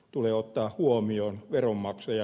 tulee ottaa huomioon veronmaksaja